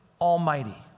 almighty